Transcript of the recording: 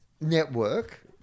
network